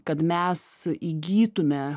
kad mes įgytume